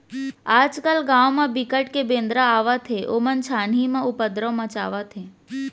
आजकाल गाँव म बिकट के बेंदरा आवत हे ओमन छानही म उपदरो मचावत हे